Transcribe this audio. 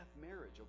marriage